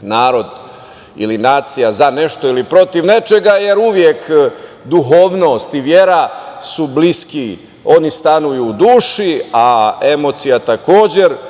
narod ili nacija za nešto ili protiv nečega. Uvek duhovnost i vera su bliski, oni stanuju u duši, a emocija takođe